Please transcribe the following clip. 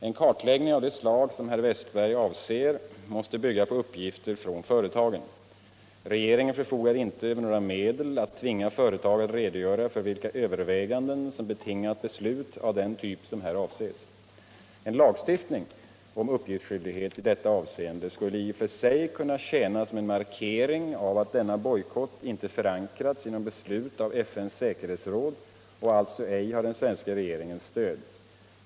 En kartläggning av det slag som herr Wäs-tberg'uvser mäåste bygga på uppgifter från 'före'lagen. Regeringen förfogar inte över några medel att tvinga företag att redogöra för vilka överväganden som betingat beslut av den typ som här avses. En lagstiftning om uppgiftsskyldighet i detta avseende skulle i och för sig kunna tjäna som en markering av att denna bojkott inte förankrats genom beslut av FN:s säkerhetsråd och alltså ej har den svenska regeringens stöd.